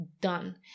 done